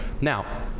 now